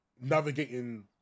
navigating